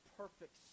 perfect